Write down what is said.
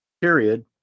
period